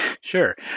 Sure